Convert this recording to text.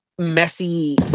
Messy